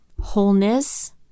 wholeness